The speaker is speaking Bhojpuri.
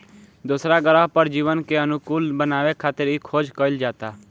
दोसरा ग्रह पर जीवन के अनुकूल बनावे खातिर इ खोज कईल जाता